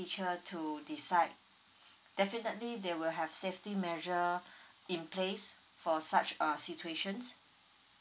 teacher to decide definitely they will have safety measure in place for such a situations